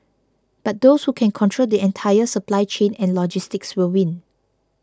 but those who can control the entire supply chain and logistics will win